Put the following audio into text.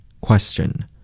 Question